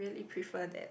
prefer that